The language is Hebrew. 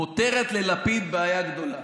פותרת ללפיד בעיה גדולה.